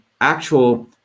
actual